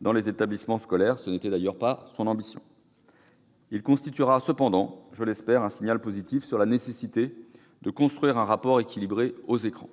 dans les établissements scolaires- ce n'était d'ailleurs pas son ambition. Il constituera cependant, je l'espère, un signal positif sur la nécessité de construire un rapport équilibré aux écrans.